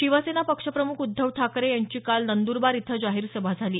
शिवसेना पक्षप्रमुख उद्धव ठाकरे यांची काल नंदरबार इथं जाहीर सभा झाली